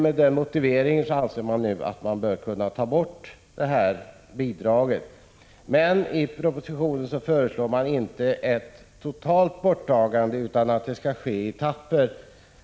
Med denna motivering anser man nu att man bör kunna ta bort det här bidraget. I propositionen föreslås inte ett omedelbart totalt borttagande utan ett borttagande i etapper.